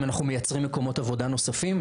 האם אנחנו מייצרים מקומות עבודה נוספים?